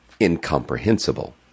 Incomprehensible